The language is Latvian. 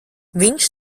viņš